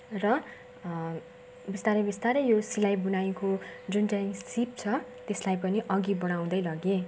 र बिस्तारै बिस्तारै यो सिलाई बुनाईको जुन चाहिँ सिप छ त्यसलाई पनि अघि बढाउँदै लगेँ